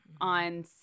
on